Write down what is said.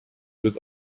with